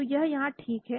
तो यह यहां ठीक है